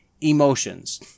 Emotions